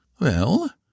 Well